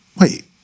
wait